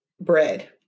bread